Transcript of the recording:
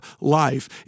life